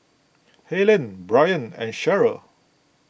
Helyn Byron and Cherryl